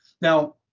Now